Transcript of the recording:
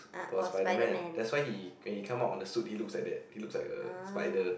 was Spiderman that's why he when he come out of the suit he looks like that he looks like a spider